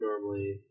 normally